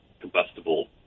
combustible